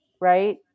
Right